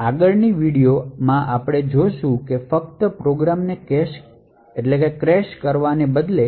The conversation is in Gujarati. આગળની વિડિઓ આપણે જોશું કે ફક્ત પ્રોગ્રામને ક્રેશ કરવાને બદલે